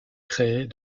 créer